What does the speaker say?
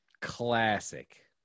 Classic